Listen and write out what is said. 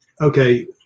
okay